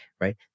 right